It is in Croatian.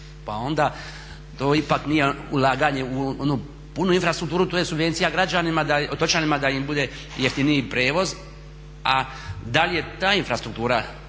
Pa onda to ipak nije ulaganje u onu punu infrastrukturu, to je subvencija građanima, otočanima da im bude jeftiniji prijevoz. A da li je ta infrastruktura